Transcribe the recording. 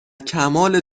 کمال